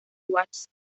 watts